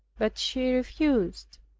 but she refused.